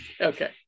Okay